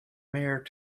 mare